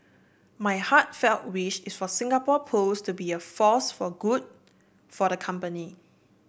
my heartfelt wish is for Singapore Pools to be a force for good for the company